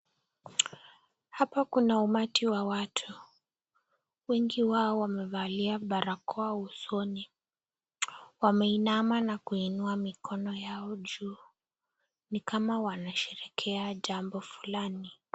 Hapa kuna umati wa watu. Wengi wao wamevalia barakoa usoni. Wameinama na kuinua mikono yao juu, ni kama wanasherehekea jambo fulani.